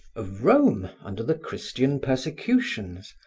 of rome under the christian persecutions,